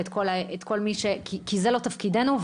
כי זה לא תפקידנו,